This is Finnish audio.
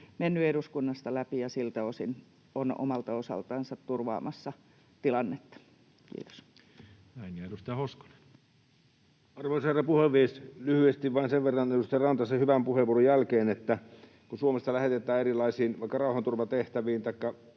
mennyt eduskunnasta läpi ja siltä osin on omalta osaltansa turvaamassa tilannetta. — Kiitos. Näin. — Ja edustaja Hoskonen. Arvoisa herra puhemies! Lyhyesti vain sen verran edustaja Rantasen hyvän puheenvuoron jälkeen, että kun Suomesta lähetetään erilaisiin vaikka rauhanturvatehtäviin